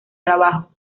trabajo